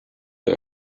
der